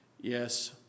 Yes